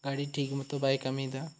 ᱜᱟᱹᱰᱤ ᱴᱷᱤᱠ ᱢᱚᱛᱚ ᱵᱟᱭ ᱠᱟᱹᱢᱤᱭᱮᱫᱟ